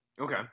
Okay